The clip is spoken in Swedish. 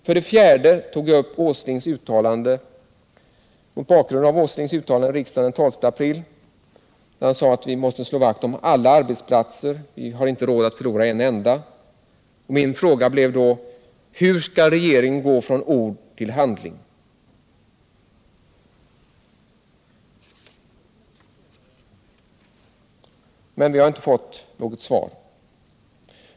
För det fjärde: Mot bakgrund av Åslings uttalande i riksdagen den 12 april att vi måste slå vakt om alla arbetsplatser, att vi inte har råd att förlora en enda, var min fråga: Hur skall regeringen gå från ord till handling? Men vi har inte fått något svar.